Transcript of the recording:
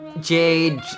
Jade